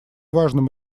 важном